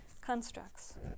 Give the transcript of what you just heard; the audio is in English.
constructs